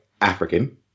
African